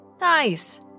Nice